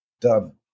Done